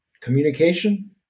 communication